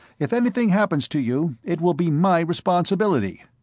if anything happens to you, it will be my responsibility!